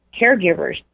caregivers